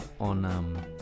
on